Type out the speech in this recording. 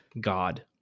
God